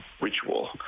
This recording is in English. ritual